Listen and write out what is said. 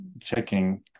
checking